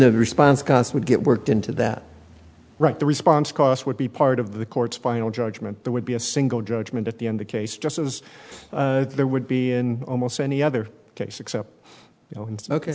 the response costs would get worked into that right the response cost would be part of the court's final judgment there would be a single judgment at the end the case just as there would be in almost any other case except